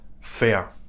fair